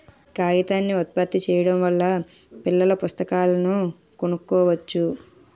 కాగితాన్ని ఉత్పత్తి చేయడం వల్ల పిల్లల పుస్తకాలను కొనుక్కోవచ్చు